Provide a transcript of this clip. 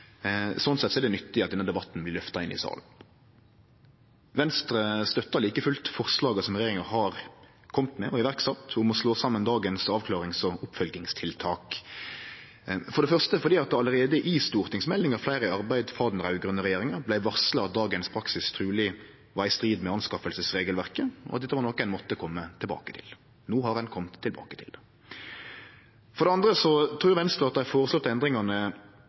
Sånn sett er det nyttig at denne debatten blir løfta inn i salen. Venstre støttar like fullt forslaga som regjeringa har kome med og sett i verk, om å slå saman dagens avklarings- og oppfølgingstiltak, for det første fordi det allereie i stortingsmeldinga Flere i arbeid frå den raud-grøne regjeringa vart varsla at dagens praksis truleg var i strid med innkjøpsregelverket, og at dette var noko ein måtte kome tilbake til. No har ein kome tilbake til det. For det andre trur Venstre at dei føreslåtte endringane